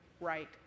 right